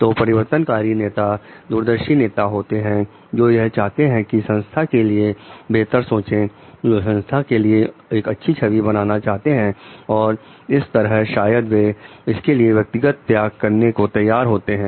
तो परिवर्तनकारी नेता दूरदर्शी नेता होते हैं जो यह चाहते हैं कि संस्था के लिए बेहतर सोचें जो संस्था के लिए एक अच्छी छवि बनाना चाहते हैं और इस तरह शायद वे इसके लिए व्यक्तिगत त्याग करने को तैयार होते हैं